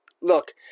look